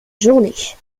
journée